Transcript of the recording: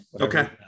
Okay